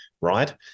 right